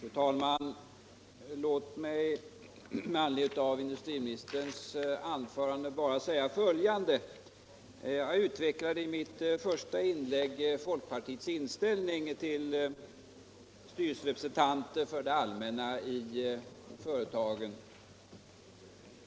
Fru talman! Låt mig med anledning av industriministerns anförande bara få säga följande. Jag utvecklade i mitt första inlägg folkpartiets inställning till styrelserepresentanter för det allmänna i företagen.